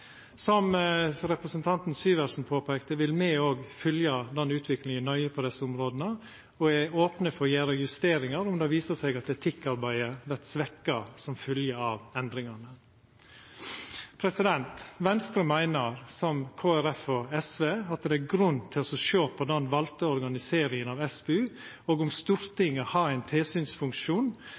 Som representanten Syversen påpeikte, vil me òg fylgja den utviklinga nøye på desse områda, og me er opne for å gjera justeringar om det visar seg at etikkarbeidet vert svekt som fylgje av endringane. Me i Venstre meiner, som Kristeleg Folkeparti og SV, at det er grunn til å sjå på den valde organiseringa av SPU, og om Stortinget har ein tilsynsfunksjon